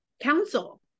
council